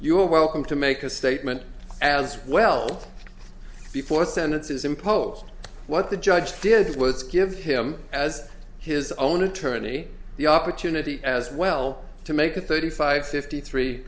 are welcome to make a statement as well before sentences imposed what the judge did was give him as his own attorney the opportunity as well to make a thirty five fifty three